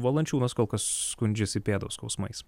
valančiūnas kol kas skundžiasi pėdos skausmais